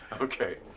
okay